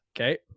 Okay